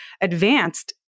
advanced